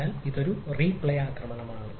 അതിനാൽ ഇത് ഒരു റീപ്ലേ ആക്രമണമാണ്